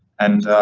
and